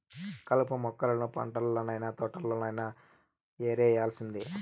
కలుపు మొక్కలను పంటల్లనైన, తోటల్లోనైన యేరేయాల్సిందే